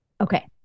Okay